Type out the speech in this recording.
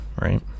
right